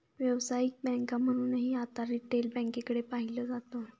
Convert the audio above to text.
व्यावसायिक बँक म्हणूनही आता रिटेल बँकेकडे पाहिलं जात आहे